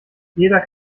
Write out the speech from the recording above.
jeder